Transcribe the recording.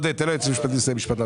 תן ליועצת המשפטית לסיים משפט.